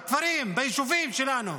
בכפרים, ביישובים שלנו,